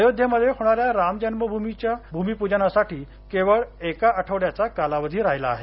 आयोध्येमध्ये होणाऱ्या रामजन्मूमीचं भूमीपूजनासाठी केवळ एका आठवड्याचा कालावधी राहिला आहे